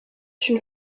une